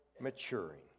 maturing